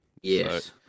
Yes